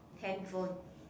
handphone